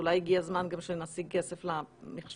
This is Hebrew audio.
אולי הגיע הזמן שנשיג כסף גם למחשוב,